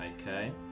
Okay